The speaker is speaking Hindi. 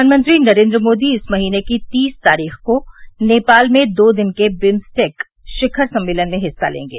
प्रधानमंत्री नरेन्द्र मोदी इस महीने की तीस तारीख को नेपाल में दो दिन के बिम्सटेक शिखर सम्मेलन में हिस्सा लेंगे